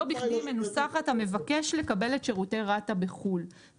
לא בכדי היא מנוסחת "המבקש לקבל את שירותי רת"א בחו"ל".